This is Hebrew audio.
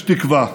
יש תקווה,